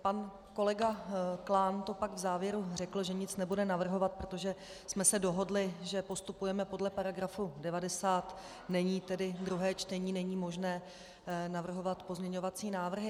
Pan kolega Klán to pak v závěru řekl, že nic nebude navrhovat, protože jsme se dohodli, že postupujeme podle § 90, není tedy druhé čtení, není možné navrhovat pozměňovací návrhy.